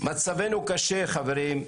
מצבנו קשה, חברים.